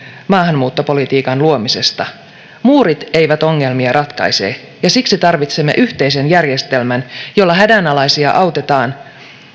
maahanmuuttopolitiikan luomisesta muurit eivät ongelmia ratkaise ja siksi tarvitsemme yhteisen järjestelmän jolla hädänalaisia autetaan